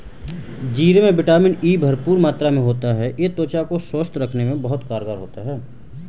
जीरे में vitamin E भरपूर मात्रा में होता है यह त्वचा को स्वस्थ रखने में बहुत कारगर होता है